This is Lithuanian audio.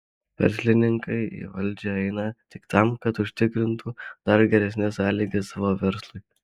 verslininkai į valdžią eina tik tam kad užsitikrintų dar geresnes sąlygas savo verslui